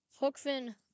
Hookfin